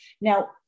Now